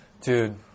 Dude